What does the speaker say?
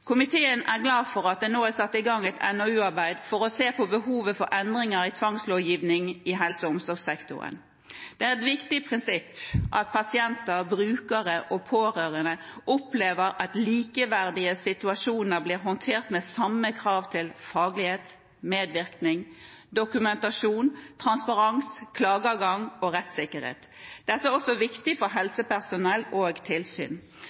Komiteen er glad for at det nå er satt i gang et NOU-arbeid for å se på behovet for endringer i tvangslovgivningen i helse- og omsorgssektoren. Det er et viktig prinsipp at pasienter, brukere og pårørende opplever at likeverdige situasjoner blir håndtert med samme krav til faglighet, medvirkning, dokumentasjon, transparens, klageadgang og rettssikkerhet. Dette er også viktig for helsepersonell og tilsyn.